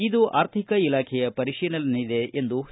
ಇದು ಅರ್ಥಿಕ ಇಲಾಖೆಯ ಪರಿಶೀಲನೆಯಲ್ಲಿದೆ ಎಂದರು